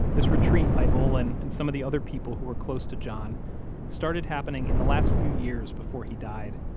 this retreat by olin and some of the other people who were close to john started happening in the last few years before he died,